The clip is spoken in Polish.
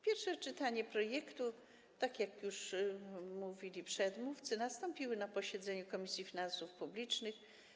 Pierwsze czytanie projektu, tak jak już mówili moi przedmówcy, nastąpiło na posiedzeniu Komisji Finansów Publicznych.